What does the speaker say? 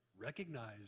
recognized